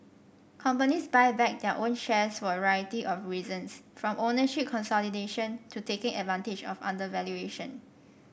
companies buy back their own shares for a variety of reasons from ownership consolidation to taking advantage of undervaluation